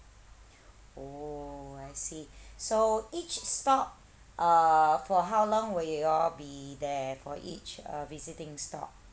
oh I see so each stop uh for how long will you all be there for each uh visiting stop